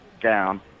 down